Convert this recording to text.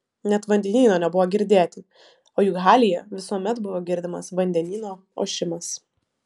net vandenyno nebuvo girdėti o juk halyje visuomet buvo girdimas vandenyno ošimas